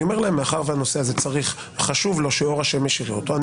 אני אומר להם: מאחר שהנושא הזה חשוב לו שאור השמש יראה אותו אני